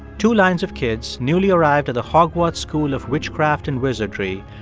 two lines of kids, newly arrived at the hogwarts school of witchcraft and wizardry,